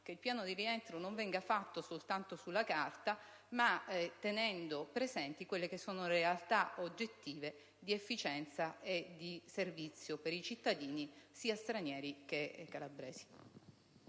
chiediamo che esso non venga fatto soltanto sulla carta, ma tenendo presenti le necessità oggettive di efficienza e di servizio per i cittadini sia stranieri che calabresi.